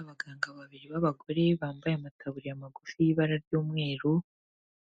Abaganga babiri b'abagore, bambaye amataburiya magufi y'ibara ry'umweru,